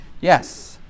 Yes